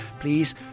please